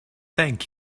thank